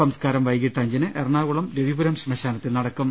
സംസ്കാരം വൈകിട്ട് അഞ്ചിന് എറ ണാകുളം രവിപുരം ശ്മശാനത്തിൽ നടക്കും